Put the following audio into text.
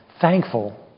thankful